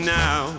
now